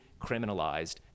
criminalized